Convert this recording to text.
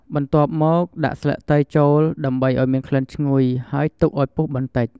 បន្ទាប់មក ដាក់ស្លឹកតើយចូលដើម្បីឱ្យមានក្លិនឈ្ងុយ ហើយទុកឱ្យពុះបន្តិច។